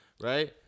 right